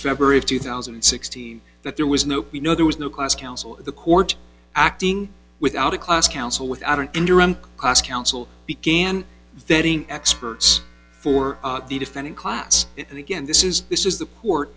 february of two thousand and sixteen that there was no you know there was no class counsel in the court acting without a class counsel without an interim class counsel began vetting experts for the defendant class and again this is this is the poor